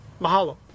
mahalo